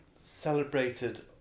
celebrated